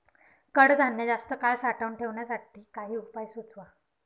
कडधान्य जास्त काळ साठवून ठेवण्यासाठी काही उपाय सुचवा?